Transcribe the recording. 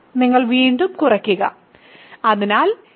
നിങ്ങൾ വീണ്ടും കുറയ്ക്കുക അതിനാൽ ഈ